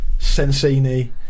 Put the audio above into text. Sensini